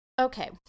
Okay